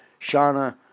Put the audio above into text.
Shauna